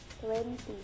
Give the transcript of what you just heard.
Twenty